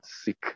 sick